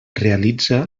realitza